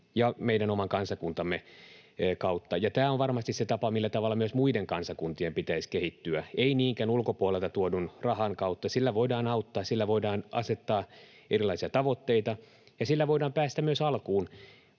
ja meidän oman kansakuntamme kautta. Tämä on varmasti se tapa, millä tavalla myös muiden kansakuntien pitäisi kehittyä, ei niinkään ulkopuolelta tuodun rahan kautta. Rahalla voidaan auttaa, sillä voidaan asettaa erilaisia tavoitteita ja sillä voidaan päästä myös alkuun,